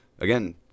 again